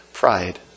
pride